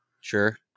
Sure